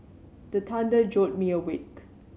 the thunder jolt me awake